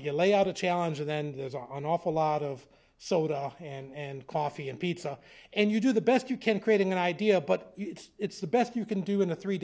you lay out a challenge and then there's on awful lot of soda and coffee and pizza and you do the best you can creating an idea but it's the best you can do in a three